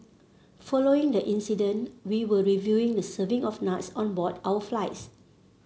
following the incident we will reviewing the serving of nuts on board our flights